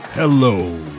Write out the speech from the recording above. Hello